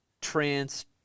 trans